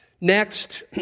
Next